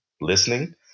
listening